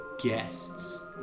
Guests